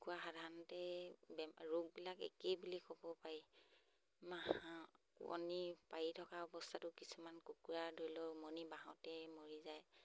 কুকুৰা সাধাৰণতে বেমাৰ ৰোগবিলাক একেই বুলি ক'ব পাৰি কণী পাৰি থকা অৱস্থাটো কিছুমান কুকুৰা ধৰি লওক উমনি বাঁহতেই মৰি যায়